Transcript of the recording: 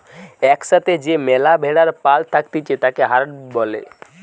এক সাথে যে ম্যালা ভেড়ার পাল থাকতিছে তাকে হার্ড বলে